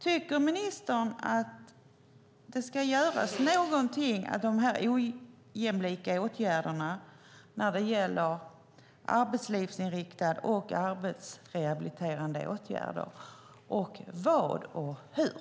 Tycker ministern att det ska göras något åt dessa ojämlika förhållanden när det gäller arbetslivsinriktad rehabilitering och arbetsrehabiliterande åtgärder? I så fall vad och hur?